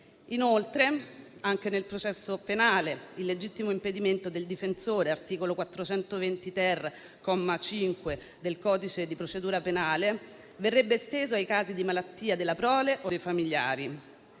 Inoltre, anche nel processo penale, il legittimo impedimento del difensore (articolo 420-*ter*, comma 5, del codice di procedura penale) verrebbe esteso ai casi di malattia della prole o dei familiari.